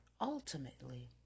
ultimately